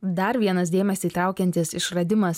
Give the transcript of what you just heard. dar vienas dėmesį traukiantis išradimas